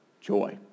Joy